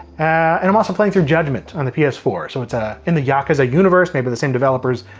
and i'm also playing through judgment on the p s four. so it's ah in the yakuza universe, made by the same developers,